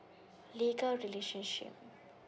legal relationship